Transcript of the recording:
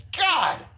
God